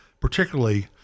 particularly